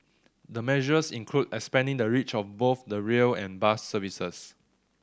the measures include expanding the reach of both the rail and bus services